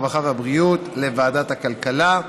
הרווחה והבריאות לוועדת הכלכלה.